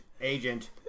agent